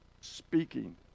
speaking